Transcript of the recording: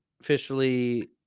officially